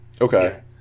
okay